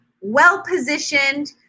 well-positioned